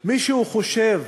מישהו חושב